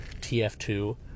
TF2